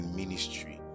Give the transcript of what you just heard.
ministry